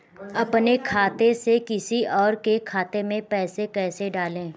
अपने खाते से किसी और के खाते में पैसे कैसे डालें?